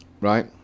right